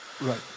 right